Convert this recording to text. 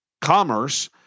commerce